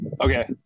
Okay